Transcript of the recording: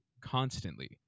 constantly